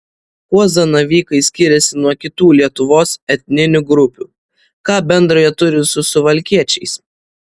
kuo zanavykai skiriasi nuo kitų lietuvos etninių grupių ką bendra jie turi su suvalkiečiais